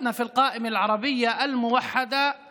לחברה הערבית שלנו בעניין השיקולים